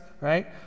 right